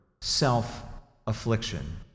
self-affliction